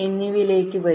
എന്നിവയിലേക്ക് വരും